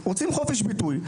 רוצים חופש ביטוי,